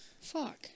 Fuck